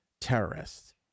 terrorists